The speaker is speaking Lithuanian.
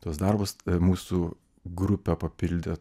tuos darbus mūsų grupę papildė